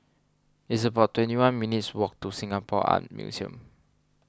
it's about twenty one minutes' walk to Singapore Art Museum